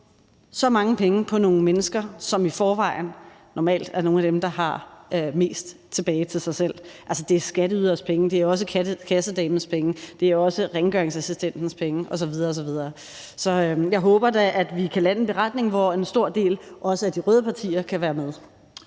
så mange penge på nogle mennesker, som i forvejen normalt er nogle af dem, der har mest tilbage til sig selv. Altså, det er skatteydernes penge; det er også kassedamens penge, det er også rengøringsassistentens penge, osv. osv. Så jeg håber da, at vi kan lande en beretning, hvor en stor del, også af de røde partier, kan være med.